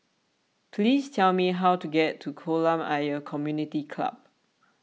please tell me how to get to Kolam Ayer Community Club